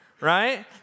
right